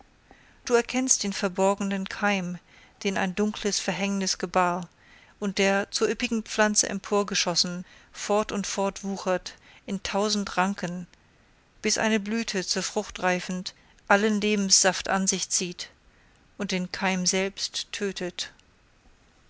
du erkennst den verborgenen keim den ein dunkles verhängnis gebar und der zur üppigen pflanze emporgeschossen fort und fort wuchert in tausend ranken bis eine blüte zur frucht reifend allen lebenssaft an sich zieht und den keim selbst tötet